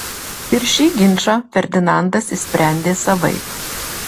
ir šį ginčą ferdinandas išsprendė savaip